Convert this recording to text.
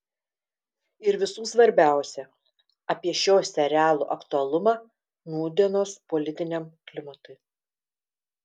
ir visų svarbiausia apie šio serialo aktualumą nūdienos politiniam klimatui